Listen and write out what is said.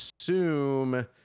assume